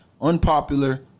Unpopular